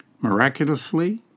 Miraculously